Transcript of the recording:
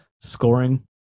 scoring